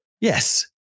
Yes